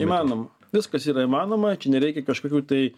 įmanoma viskas yra įmanoma čia nereikia kažkokių tai